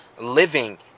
living